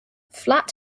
flat